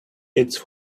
its